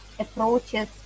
approaches